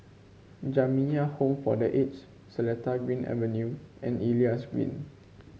Jamiyah Home for The Aged Seletar Green Avenue and Elias Green